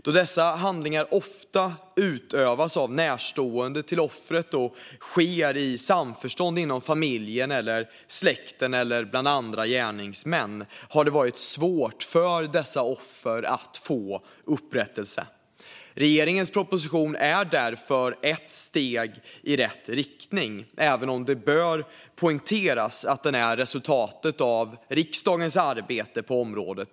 Då dessa handlingar ofta utförs av närstående till offret och sker i samförstånd inom familjen och släkten eller bland andra gärningsmän har det varit svårt för dessa offer att få upprättelse. Regeringens proposition är därför ett steg i rätt riktning - även om det bör poängteras att den är resultatet av riksdagens arbete på området.